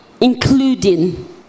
including